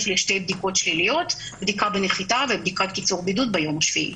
לשתי בדיקות שליליות: בדיקה בנחיתה ובדיקת קיצור בידוד ביום השביעי.